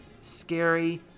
scary